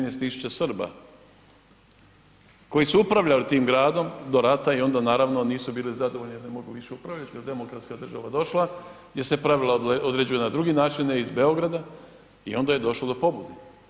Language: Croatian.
13.000 Srba koji su upravljali tim gradom do rata i onda naravno nisu bili zadovoljni jer ne više upravljati jer demokratska država došla gdje se pravila određuju na drugi način ne iz Beograda i onda je došlo do pobune.